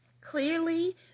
clearly